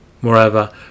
Moreover